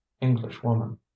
englishwoman